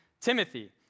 Timothy